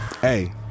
hey